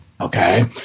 Okay